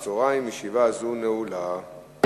לטיפול בתביעות שמוגשות למוסד לביטוח לאומי נדרש זמן המתנה ארוך